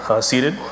seated